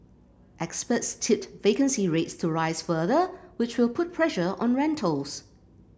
experts tipped vacancy rates to rise further which will put pressure on rentals